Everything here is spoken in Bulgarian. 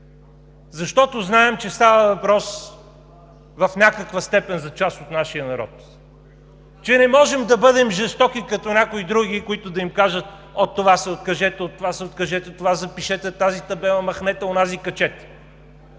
защото знаем, че става въпрос в някаква степен за част от нашия народ, че не можем да бъдем жестоки като някои други, които да им кажат: от това се откажете, от това се откажете, това запишете, тази табела махнете, онази качете